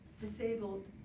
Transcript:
disabled